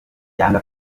yanga